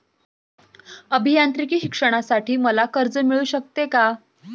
अभियांत्रिकी शिक्षणासाठी मला कर्ज मिळू शकते का?